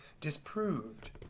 disproved